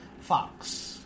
Fox